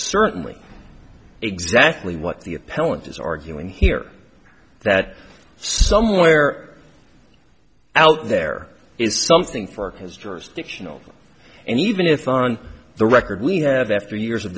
certainly exactly what the appellant is arguing here that somewhere out there is something for his jurisdictional and even if on the record we have after years of